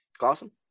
Awesome